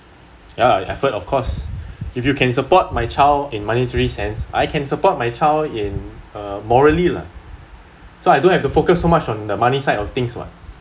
ya effort of course if you can support my child in monetary sense I can support my child in uh morally lah so I don't have to focus so much on the money side of things [what]